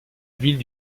ville